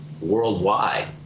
worldwide